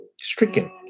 stricken